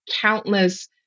countless